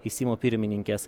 į seimo pirmininkes